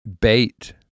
bait